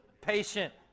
Patient